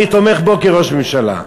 אני תומך בו כראש ממשלה.